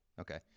okay